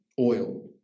oil